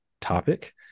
topic